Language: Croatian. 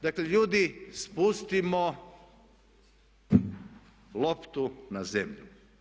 Dakle, ljudi spustimo loptu na zemlju.